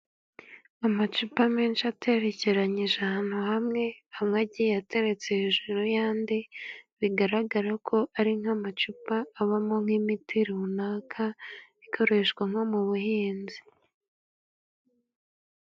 Amacupa menshi, aterekeranyije ahantu hamwe，hamwe agiye ateretse hejuru y'andi， bigaragara ko ari nk'amacupa， abamo nk'imiti runaka， ikoreshwa nko mu buhinzi.